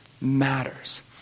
matters